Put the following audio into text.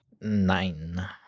Nine